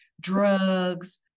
drugs